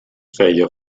feia